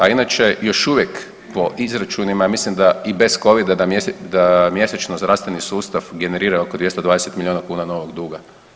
A inače još uvijek po izračunima ja mislim da i bez Covid-a da mjesečno zdravstveni sustav generira oko 220 milijuna kuna novog duga.